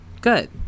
good